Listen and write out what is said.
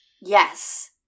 Yes